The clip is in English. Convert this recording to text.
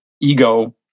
ego